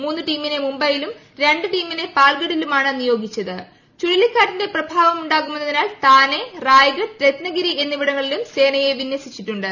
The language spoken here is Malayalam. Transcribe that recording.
മൂന്ന് ട്ടീമീള്ള് മുംബൈയിലും രണ്ട് ടീമിനെ പാൽഗഡിലുമാണ് ചുഴലിക്കാറ്റിന്റെ പ്രഭാവമുണ്ടാകുമെന്നതിന്റൽ താനെ റായ്ഗഡ് രത്ന്ഗിരി എന്നിവിങ്ങളിലും സേന്യെ വിന്യസിച്ചിട്ടുണ്ട്